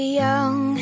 young